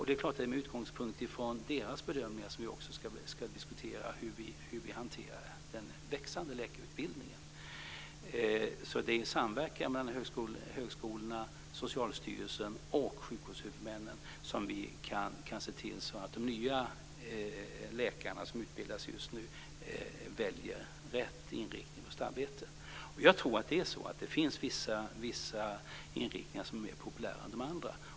Det är klart att det är med utgångspunkt från deras bedömningar som vi ska diskutera hur vi ska hantera den växande läkarutbildningen. Det är alltså i samverkan mellan högskolorna, Socialstyrelsen och sjukvårdshuvudmännen som vi kan se till att de som just nu utbildas till läkare väljer rätt inriktning på sitt arbete. Jag tror att det är så att det finns vissa inriktningar som är populärare än andra.